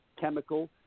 chemical